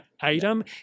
item